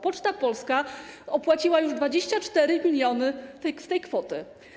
Poczta Polska opłaciła już 24 mln z tej kwoty.